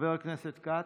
חבר הכנסת כץ,